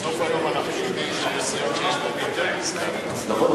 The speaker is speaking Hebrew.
בסוף היום אנחנו יודעים שיש סיעות שיש להן יותר מסגן אחד,